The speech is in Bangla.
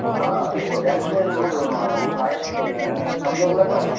আর ওর ড্যান্সের ওর পায়ের ছন্দগুলো কেমন